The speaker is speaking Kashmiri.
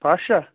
پَشہ